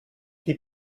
die